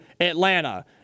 Atlanta